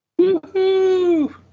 Woohoo